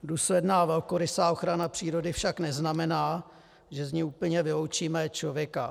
Důsledná velkorysá ochrana přírody však neznamená, že z ní úplně vyloučíme člověka.